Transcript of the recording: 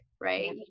Right